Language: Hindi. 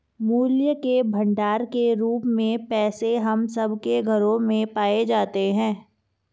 मूल्य के भंडार के रूप में पैसे हम सब के घरों में पाए जाते हैं